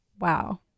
wow